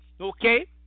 Okay